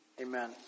Amen